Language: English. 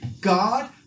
God